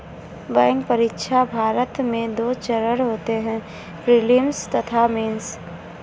bank परीक्षा, भारत में दो चरण होते हैं प्रीलिम्स तथा मेंस